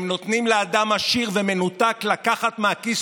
הם נותנים לאדם עשיר ומנותק לקחת מהכיס